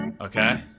Okay